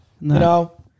No